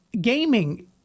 gaming